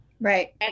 right